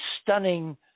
stunning